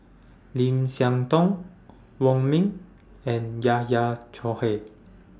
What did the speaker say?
Lim Siah Tong Wong Ming and Yahya Cohen